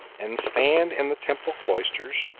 and stand in the temple cloisters,